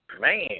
man